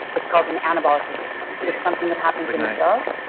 it's called an anabolic resistance. it's something that happens in the cells.